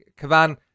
Kavan